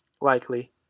likely